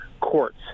courts